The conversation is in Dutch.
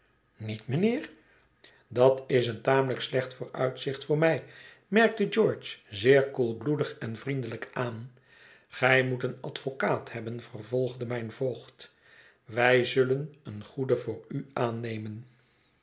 niet mijnheer dat is een tamelijk slecht vooruitzicht voor mij merkte george zeer koelbloedig en vriendelijk aan gij moet een advocaat hebben vervolgde mijn voogd wij zullen een goeden voor u aannemen